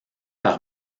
par